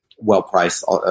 well-priced